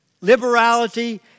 liberality